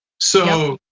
so.